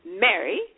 Mary